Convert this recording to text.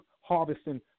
harvesting